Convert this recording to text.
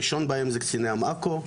הראשון בהם זה קציני ים עכו.